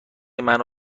منو